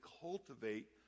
cultivate